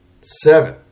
Seven